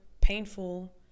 painful